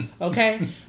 Okay